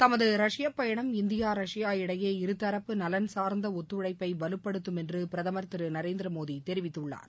தமது ரஷ்ய பயணம் இந்தியா ரஷ்யா இடையே இருதரப்பு நலன்சார்ந்த ஒத்துழைப்பை வலுப்படுத்தும் என்று பிரதமர் திரு நரேந்திர மோடி தெரிவித்துள்ளார்